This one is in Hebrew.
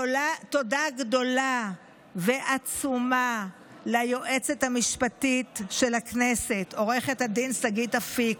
תודה גדולה ועצומה ליועצת המשפטית של הכנסת עו"ד שגית אפיק,